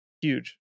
huge